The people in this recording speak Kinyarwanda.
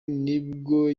nibwo